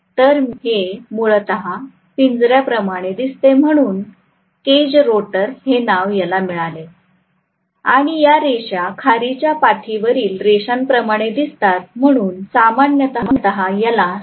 तर हे मूलतः पिंजऱ्याप्रमाणे दिसते म्हणून केज रोटर हे नाव याला मिळाले आणि या रेषा खारीच्या पाठीवरील रेषांप्रमाणे दिसतात म्हणून सामान्यतः याला स्क्विरल केज रोटर म्हणून ओळखले जाते